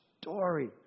story